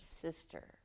sister